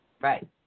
right